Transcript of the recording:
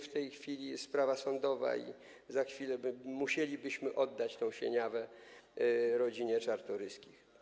W tej chwili toczy się sprawa sądowa i za chwilę musielibyśmy oddać Sieniawę rodzinie Czartoryskich.